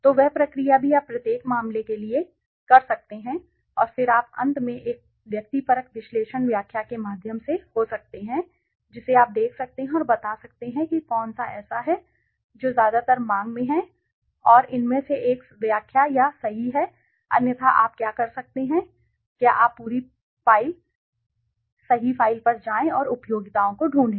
तो वह प्रक्रिया भी आप प्रत्येक मामले के लिए इसे ठीक से कर सकते हैं और फिर आप अंत में एक व्यक्तिपरक विश्लेषण व्याख्या के माध्यम से हो सकते हैं जिसे आप देख सकते हैं और बता सकते हैं कि कौन सा ऐसा है जो ज्यादातर मांग में है और आप कर सकते हैं इसमें से एक व्याख्या या सही है अन्यथा आप क्या कर सकते हैं क्या आप पूरी फ़ाइल सही फ़ाइल पर जाएं और उपयोगिताओं को ढूंढें